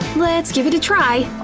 let's give it a try.